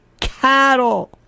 cattle